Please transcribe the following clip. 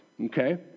Okay